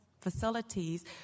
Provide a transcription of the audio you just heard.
Facilities